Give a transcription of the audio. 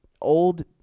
Old